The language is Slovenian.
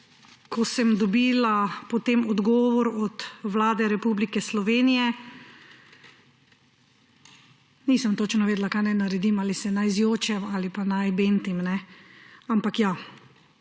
Ko sem dobila potem odgovor od Vlade republike Slovenije, nisem točno vedela, kaj naj naredim, ali se naj zjočem ali pa naj bentim. Ampak ja,